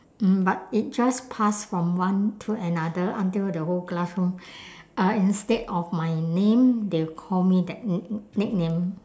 mm but it just passed from one to another until the whole classroom uh instead of my name they call me that n~ nickname